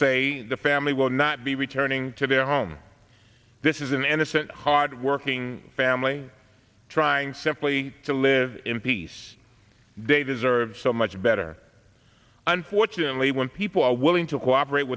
say the family will not be returning to their home this is an innocent hardworking family trying simply to live in peace david serve much better unfortunately when people are willing to cooperate